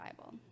Bible